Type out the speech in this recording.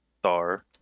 star